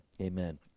amen